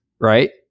Right